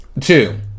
Two